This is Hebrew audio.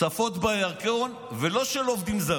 צפות בירקון, ולא של עובדים זרים.